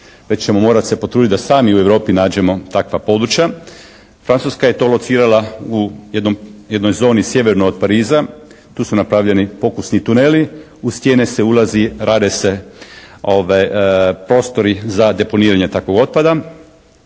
već ćemo morat se potruditi da sami u Europi nađemo takva područja. Francuska je to locirala u jednoj zoni sjeverno od Pariza. Tu su napravljeni pokusni tuneli. U stijene se ulazi, rade se prostori za deponiranje takvog otpada.